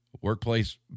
workplace